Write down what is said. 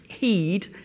Heed